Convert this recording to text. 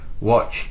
watch